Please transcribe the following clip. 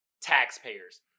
taxpayers